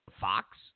Fox